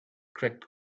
cracked